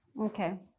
okay